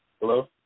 Hello